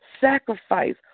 sacrifice